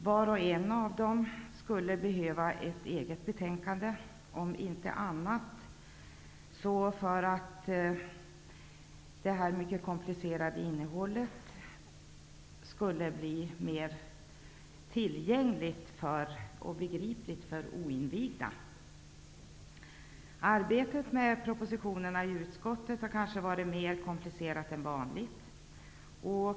Var och en av dem skulle ha behövt ett eget betänkande, om inte annat så för att det mycket komplicerade innehållet skulle kunna bli mer tillgängligt och begripligt för oinvigda. Arbetet med propositionerna i utskottet har kanske varit mer komplicerat än vanligt.